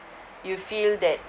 you feel that